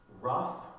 rough